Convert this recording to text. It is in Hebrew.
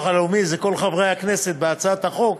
הלאומי זה כל חברי הכנסת בהצעות החוק,